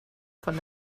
von